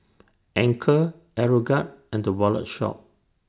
Anchor Aeroguard and The Wallet Shop